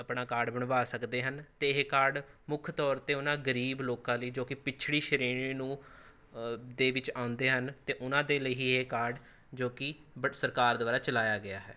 ਆਪਣਾ ਕਾਰਡ ਬਣਵਾ ਸਕਦੇ ਹਨ ਅਤੇ ਇਹ ਕਾਰਡ ਮੁੱਖ ਤੌਰ 'ਤੇ ਉਹਨਾਂ ਗਰੀਬ ਲੋਕਾਂ ਲਈ ਜੋ ਕਿ ਪਛੜੀ ਸ਼੍ਰੇਣੀ ਨੂੰ ਦੇ ਵਿੱਚ ਆਉਂਦੇ ਹਨ ਅਤੇ ਉਹਨਾਂ ਦੇ ਲਈ ਹੀ ਇਹ ਕਾਰਡ ਜੋ ਕਿ ਬਟ ਸਰਕਾਰ ਦੁਆਰਾ ਚਲਾਇਆ ਗਿਆ ਹੈ